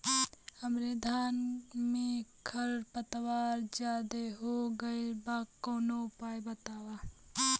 हमरे धान में खर पतवार ज्यादे हो गइल बा कवनो उपाय बतावा?